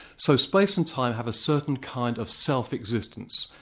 so space and time have a certain kind of self existence,